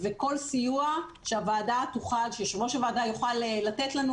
וכל סיוע שהוועדה ויושב-ראש הוועדה יוכלו לתת לנו,